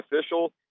official